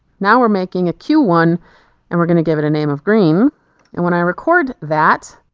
now we're making a cue one and we're going to give it a name of green and when i record that,